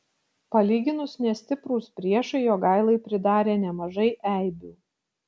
palyginus nestiprūs priešai jogailai pridarė nemažai eibių